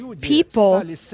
people